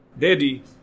daddy